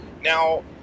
now